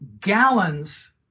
gallons